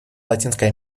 латинской